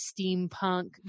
steampunk